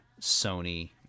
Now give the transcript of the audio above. Sony